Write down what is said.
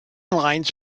lines